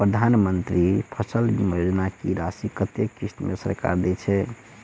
प्रधानमंत्री फसल बीमा योजना की राशि कत्ते किस्त मे सरकार देय छै?